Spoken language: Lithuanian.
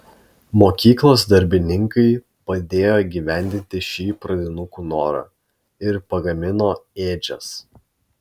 mokyklos darbininkai padėjo įgyvendinti šį pradinukų norą ir pagamino ėdžias